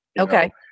Okay